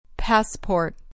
Passport